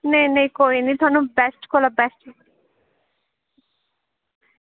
नेईं नेईं कोई निं थुआनूं बेस्ट कोला बेस्ट